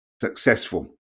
successful